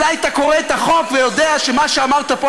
אולי היית קורא את החוק ויודע שמה שאמרת פה